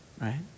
right